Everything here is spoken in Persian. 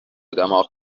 دماغ